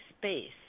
space